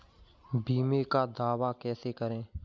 बीमे का दावा कैसे करें?